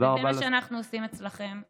זה מה שאנחנו עושים אצלכם בא'